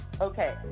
Okay